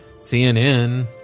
CNN